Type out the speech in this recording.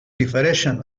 difereixen